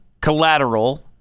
Collateral